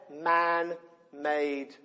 man-made